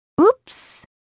Oops